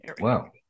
wow